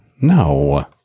No